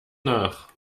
nach